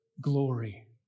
glory